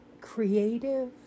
creative